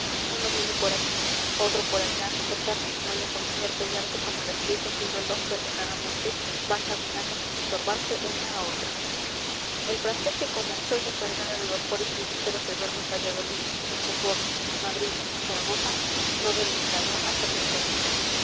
uno viene por aquí otro por allá con tan admirable concierto y arte como las piezas de un reloj que ordenadamente van caminando sin estorbarse una a otra el francés que con la cholla cargada de vapores viníferos se duerme en valladolid en segovia en madrid y en zaragoza no ve el nublado hasta que le cae encima